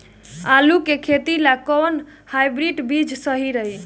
आलू के खेती ला कोवन हाइब्रिड बीज सही रही?